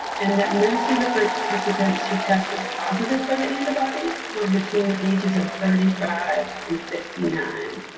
and that most of the participants who tested positive for the antibodies were between the ages of thirty five and fifty nine.